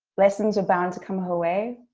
lessons are bound to come her way.